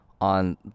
on